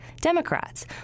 Democrats